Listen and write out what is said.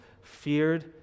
feared